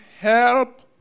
help